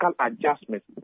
adjustments